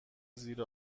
زیر